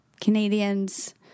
Canadians